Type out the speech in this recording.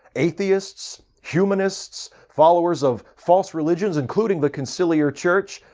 atheists, humanists, followers of false religions including the conciliar church,